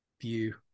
view